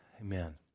amen